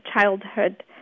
childhood